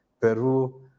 Peru